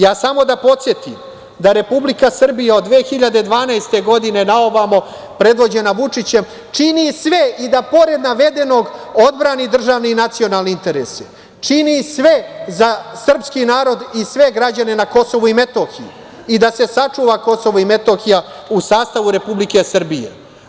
Ja samo da podsetim da Republika Srbija od 2012. godine naovamo, predvođena Vučićem, čini sve i da pored navedenog odbrani državni i nacionalni interes, čini sve za srpski narod i sve građane na KiM i da se sačuva KiM u sastavu Republike Srbije.